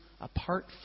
apart